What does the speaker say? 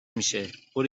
میشهبرو